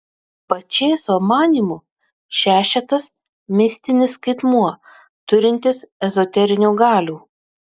pačėso manymu šešetas mistinis skaitmuo turintis ezoterinių galių